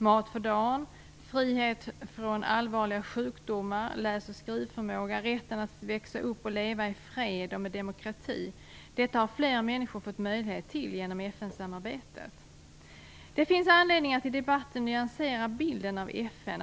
Mat för dagen, frihet från allvarliga sjukdomar, läs och skrivförmåga, rätten att växa upp och leva i fred och med demokrati, detta har fler människor fått möjlighet till genom FN samarbetet. Det finns anledning att i debatten nyansera bilden av FN.